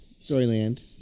Storyland